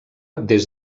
des